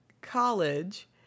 college